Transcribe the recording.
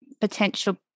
potential